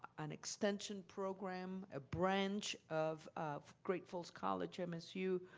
an extension program, a branch of of great falls college msu,